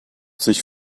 sich